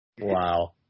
Wow